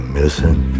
missing